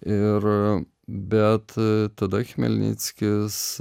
ir bet tada chmelnickis